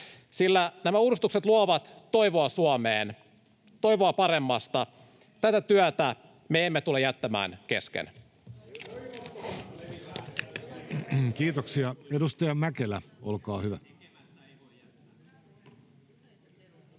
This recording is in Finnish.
sillä nämä uudistukset luovat toivoa Suomeen — toivoa paremmasta. Tätä työtä me emme tule jättämään kesken. [Speech 5] Speaker: Jussi Halla-aho